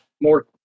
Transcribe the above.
more